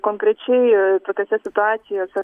konkrečiai tokiose situacijose